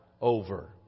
over